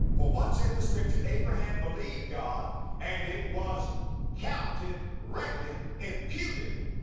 for what saith the scripture? abraham believed god and it was counted, reckoned, imputed,